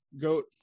goat